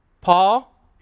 Paul